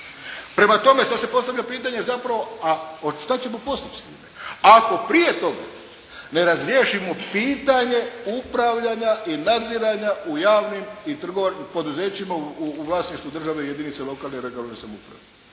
Prema tome sad se postavlja pitanje zapravo a što ćemo poslije s time ako prije toga ne razriješimo pitanje upravljanja i nadziranja u javnim i trgovačkim, poduzećima u vlasništvu države i jedinica lokalne i regionalne samouprave.